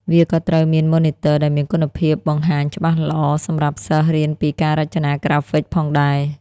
វាក៏ត្រូវមានម៉ូនីទ័រដែលមានគុណភាពបង្ហាញច្បាស់ល្អសម្រាប់សិស្សរៀនពីការរចនាក្រាហ្វិកផងដែរ។